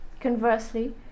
Conversely